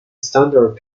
standard